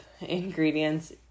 ingredients